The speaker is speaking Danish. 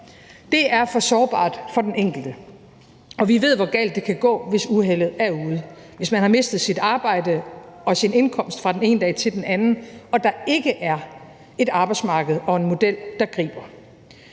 Det er for sårbart for den enkelte, og vi ved, hvor galt det kan gå, hvis uheldet er ude – hvis man har mistet sit arbejde og sin indkomst fra den ene dag til den anden og der ikke er et arbejdsmarked og en model, der griber